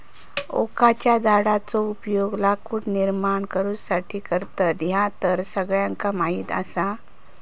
ओकाच्या झाडाचो उपयोग लाकूड निर्माण करुसाठी करतत, ह्या तर सगळ्यांका माहीत आसा